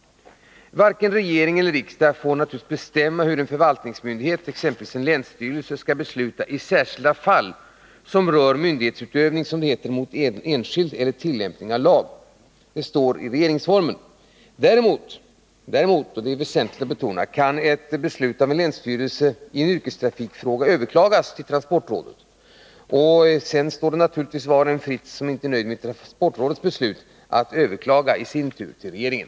Varken regering eller riksdag får bestämma hur en förvaltningsmyndighet, t.ex. en länsstyrelse, skall besluta i särskilda fall i ärenden som rör myndighetsutövning mot enskild eller tillämpning av lag. Detta står i regeringsformen. Däremot — och det är väsentligt att betona — kan en länsstyrelses beslut i en yrkestrafikfråga överklagas hos transportrådet. Sedan står det naturligtvis var och en fritt, som inte är nöjd med transportrådets beslut, att överklaga hos regeringen.